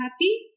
happy